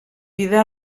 vida